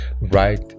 right